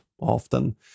often